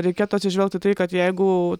reikėtų atsižvelgt į tai kad jeigu